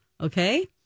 okay